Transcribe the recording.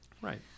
Right